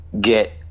get